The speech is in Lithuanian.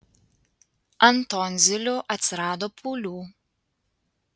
ant tonzilių atsirado pūlių